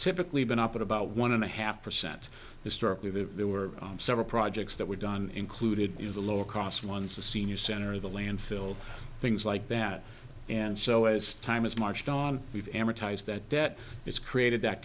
typically been up at about one and a half percent historically that there were several projects that were done included in the lower cost ones a senior center the landfill things like that and so as time has marched on we've amortize that debt it's created that